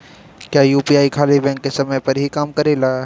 क्या यू.पी.आई खाली बैंक के समय पर ही काम करेला?